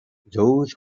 those